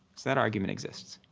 that argument exists.